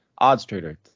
OddsTrader